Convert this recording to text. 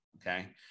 okay